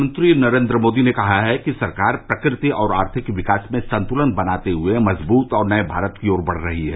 प्रधानमंत्री नरेन्द्र मोदी ने कहा है कि सरकार प्रकृति और आर्थिक विकास में संतुलन बनाते हुए मजबूत और नये भारत की ओर बढ़ रही है